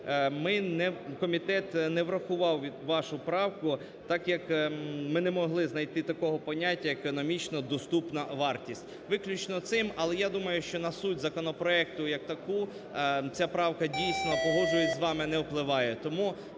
комітет не врахував вашу правку, так як ми не могли знайти такого поняття економічно доступна вартість. Виключно цим, але я думаю, що на суть законопроекту як таку ця правка дійсно, погоджуюсь з вами, не впливає.